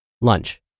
Lunch